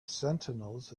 sentinels